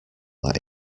that